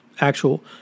actual